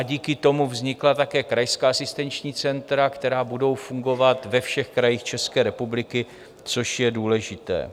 Díky tomu vznikla také krajská asistenční centra, která budou fungovat ve všech krajích České republiky, což je důležité.